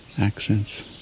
accents